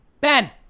Ben